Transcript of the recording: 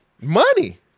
Money